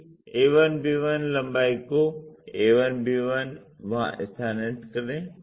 इस a1b1 लंबाई को a1b1 वहां स्थानांतरित करें